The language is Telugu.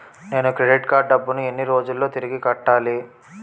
నేను క్రెడిట్ కార్డ్ డబ్బును ఎన్ని రోజుల్లో తిరిగి కట్టాలి?